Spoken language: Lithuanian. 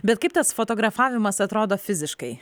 bet kaip tas fotografavimas atrodo fiziškai